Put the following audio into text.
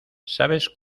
sabes